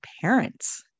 parents